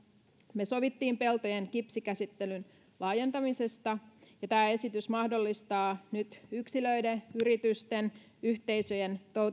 me sovimme peltojen kipsikäsittelyn laajentamisesta ja tämä esitys mahdollistaa nyt yksilöiden yritysten yhteisöjen